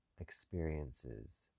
experiences